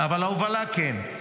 אבל ההובלה כן.